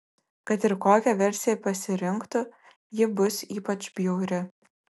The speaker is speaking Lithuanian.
kad ir kokią versiją pasirinktų ji bus ypač bjauri